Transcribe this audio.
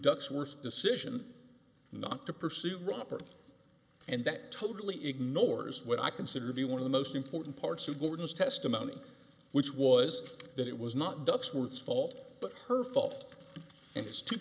ducks were decision not to pursue robert and that totally ignores what i consider to be one of the most important parts of gordon's testimony which was that it was not dux words fault but her fault and his two